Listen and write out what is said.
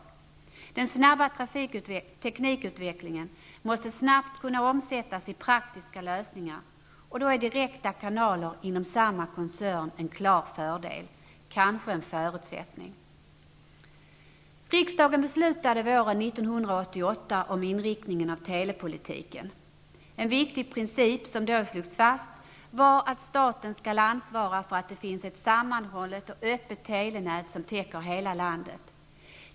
Den snabba teknikutvecklingen måste snabbt kunna omsättas i praktiska lösningar, och då är direkta kanaler inom samma koncern en klar fördel, kanske en förutsättning. Riksdagen beslutade våren 1988 om inriktningen av telepolitiken. En viktig princip som då slogs fast var att staten skall ansvara för att det finns ett sammanhållet och öppet telenät som täcker hela landet.